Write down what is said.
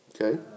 Okay